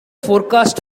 forecast